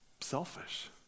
selfish